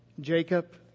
Jacob